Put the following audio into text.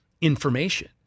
information